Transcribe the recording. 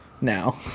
now